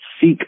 seek